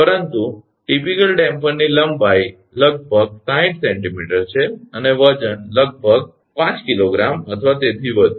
પરંતુ લાક્ષણિક ડેમ્પરની લંબાઈ લગભગ 60 𝑐𝑚 છે અને વજન લગભગ 5 𝐾𝑔 અથવા તેથી વધુ